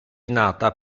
nata